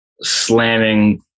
slamming